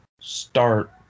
start